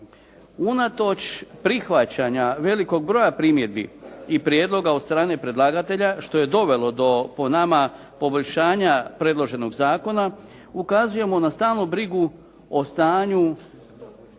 Unatoč prihvaćanja velikog broja primjedbi i prijedloga od strane predlagatelja što je dovelo do po nama poboljšanja predloženog zakona ukazujemo na stalnu brigu o stanju